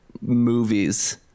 movies